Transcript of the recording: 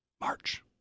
March